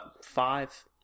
five